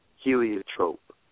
Heliotrope